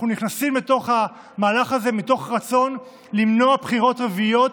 אנחנו נכנסים לתוך המהלך הזה מתוך רצון למנוע בחירות רביעיות,